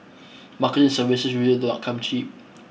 marketing services usually do not come cheap